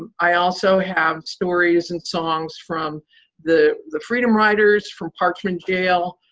i also have stories and songs from the the freedom riders, from parchman jail,